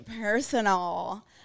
personal